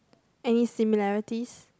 any similarities